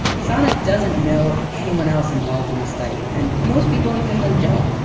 sana doesn't know anyone else involved in the study. and most people in finland don't.